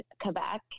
Quebec